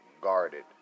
guarded